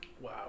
Wow